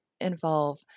involve